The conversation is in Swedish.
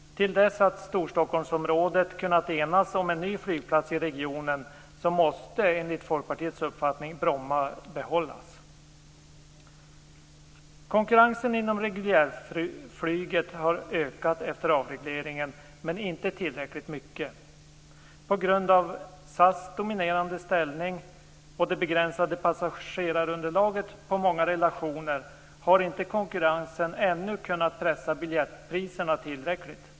Till dess att Storstockholmsområdet kunnat enas om en ny flygplats i regionen måste enligt Folkpartiets uppfattning Bromma behållas. Konkurrensen inom reguljärflyget har ökat efter avregleringen men inte tillräckligt mycket. På grund av SAS dominerande ställning och det begränsade passagerarunderlaget på många relationer har inte konkurrensen ännu kunnat pressa biljettpriserna tillräckligt.